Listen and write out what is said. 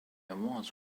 was